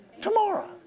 tomorrow